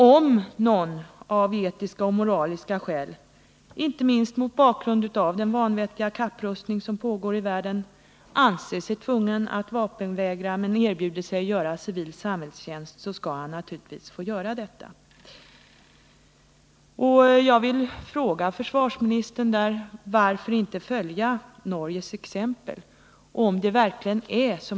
Om någon av etiska och moraliska skäl, inte minst mot bakgrund av den vanvettiga kapprustning som pågår i världen, anser sig tvungen att vapenvägra och därför erbjuder sig att göra en civil samhällstjänst skall han naturligtvis få göra detta. Jag vill fråga försvarsministern: Varför inte följa Norges exempel?